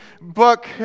book